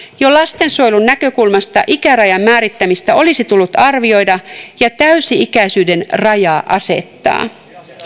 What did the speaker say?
jo lastensuojelun näkökulmasta ikärajan määrittämistä olisi tullut arvioida ja täysi ikäisyyden raja asettaa